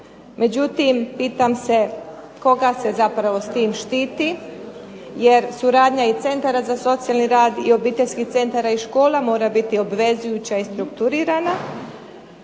Međutim, pitam se koga se zapravo s time štiti jer suradnja i centara za socijalni rad i obiteljskih centara i škola mora biti obvezujuća i strukturirana,